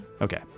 Okay